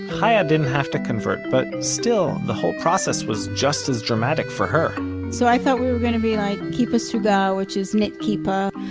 chaya didn't have to convert. but still, the whole process was just as dramatic for her so i thought we were going to be like kippa sruga, which is knit kippah,